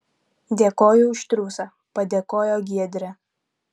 dėkoju už triūsą padėkojo giedrė